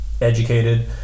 educated